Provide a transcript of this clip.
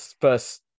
First